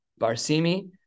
Barsimi